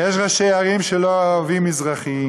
יש ראשי ערים שלא אוהבים מזרחיים,